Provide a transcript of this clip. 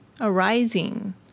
arising